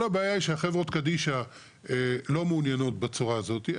כל הבעיה היא שהחברות קדישא לא מעוניינות בצורה הזאתי,